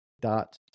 dot